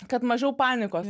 kad mažiau panikos